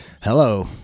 hello